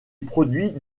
produit